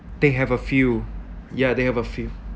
they have a few ya they have a few